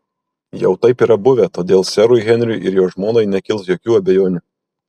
jau taip yra buvę todėl serui henriui ir jo žmonai nekils jokių abejonių